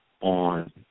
on